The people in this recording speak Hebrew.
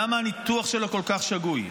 למה הניתוח שלו כל כך שגוי,